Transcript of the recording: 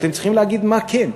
אתם צריכים להגיד מה כן.